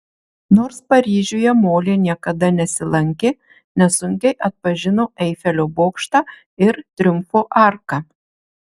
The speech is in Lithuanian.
nors paryžiuje molė niekada nesilankė nesunkiai atpažino eifelio bokštą ir triumfo arką